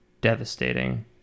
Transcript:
devastating